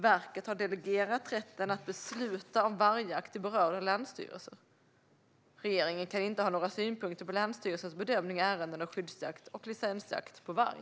Verket har delegerat rätten att besluta om vargjakt till berörda länsstyrelser. Regeringen kan inte ha några synpunkter på länsstyrelsernas bedömning i ärenden om skyddsjakt och licensjakt på varg.